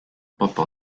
pobol